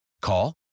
Call